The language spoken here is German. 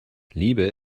liebe